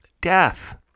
Death